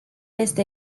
este